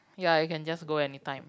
ya you can just go anytime